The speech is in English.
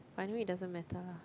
but anyway it doesn't matter lah